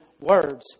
words